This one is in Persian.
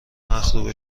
مخروبه